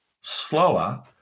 slower